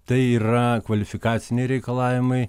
tai yra kvalifikaciniai reikalavimai